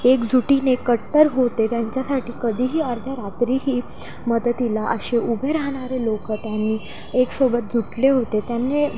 एक जुटीने कट्टर होते त्यांच्यासाठी कधीही अर्ध्या रात्रीही मदतीला असे उभे राहणारे लोकं त्यांनी एकसोबत जुटले होते त्यांनी